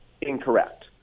incorrect